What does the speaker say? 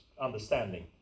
understanding